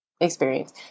experience